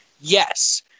Yes